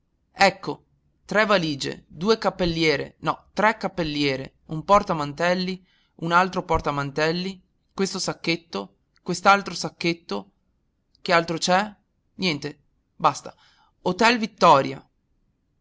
sportello ecco tre valige due cappelliere no tre cappelliere un porta-mantelli un altro porta-mantelli questo sacchetto quest'altro sacchetto che altro c'è niente basta hotel vittoria